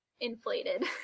inflated